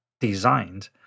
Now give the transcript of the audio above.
designed